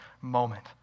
moment